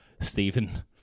Stephen